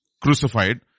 crucified